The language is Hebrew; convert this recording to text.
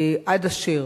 עד אשר